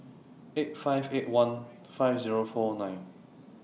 eight five eight one five Zero four nine